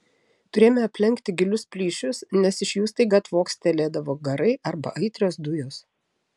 turėjome aplenkti gilius plyšius nes iš jų staiga tvokstelėdavo garai arba aitrios dujos